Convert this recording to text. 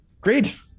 Great